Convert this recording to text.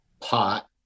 pot